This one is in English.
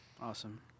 Awesome